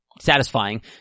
satisfying